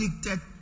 addicted